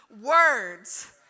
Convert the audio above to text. words